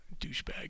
douchebag